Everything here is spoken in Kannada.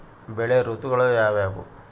ಬೆಳೆ ಋತುಗಳು ಯಾವ್ಯಾವು?